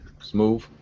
smooth